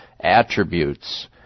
attributes